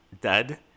dead